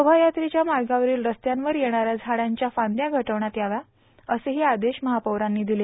शोभायात्रेच्या मार्गावरील रस्त्यांवर येणाऱ्या झाडांच्या फांद्या छाटण्यात याव्या असे आदेशही महापौरांनी दिले